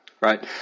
Right